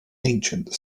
ancient